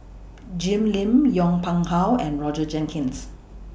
Jim Lim Yong Pung How and Roger Jenkins